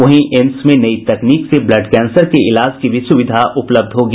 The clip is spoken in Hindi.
वहीं एम्स में नई तकनीक से ब्लड कैंसर के इलाज की सुविधा भी उपलब्ध होगी